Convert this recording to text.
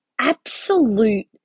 absolute